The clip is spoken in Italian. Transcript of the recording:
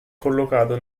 collocato